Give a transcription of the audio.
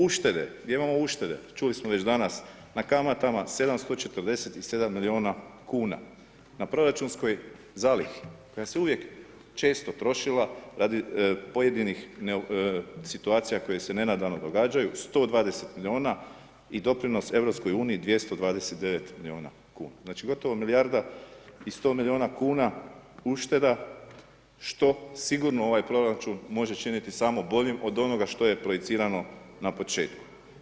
Uštede, gdje imamo uštede, čuli smo već danas na kamatama 747 miliona kuna, na proračunskoj zalihi koja se uvijek često trošila radi pojedinih situacija koje se nenadano događaju 120 miliona i doprinos EU 229 miliona kuna, znači gotovo milijarda i sto miliona kuna ušteda što sigurno ovaj proračun može činiti samo boljim od onoga što je projicirano na početku.